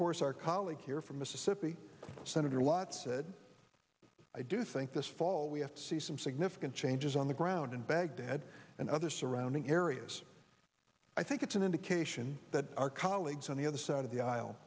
course our colleague here from mississippi senator lott said i do think this fall we have to see some significant changes on the ground in baghdad and other surrounding areas i think it's an indication that our colleagues on the other side of the aisle